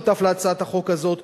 שותף להצעת החוק הזאת,